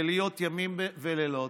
זה להיות ימים ולילות,